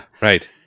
right